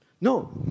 no